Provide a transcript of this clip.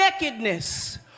nakedness